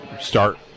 start